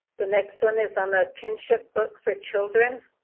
the next one is on a kinship book for children.